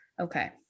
okay